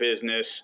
business